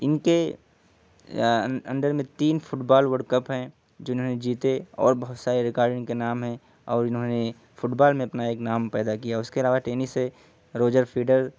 ان کے انڈر میں تین فٹ بال ورلڈ کپ ہیں جو انہوں نے جیتے اور بہت سارے ریکارڈ ان کے نام ہیں اور انہوں نے فٹ بال میں اپنا ایک نام پیدا کیا اس کے علاوہ ٹینس ہے روجر فیڈر